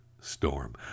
storm